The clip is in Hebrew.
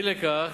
אי לכך,